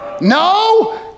no